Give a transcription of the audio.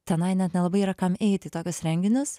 tenai net nelabai yra kam eiti į tokius renginius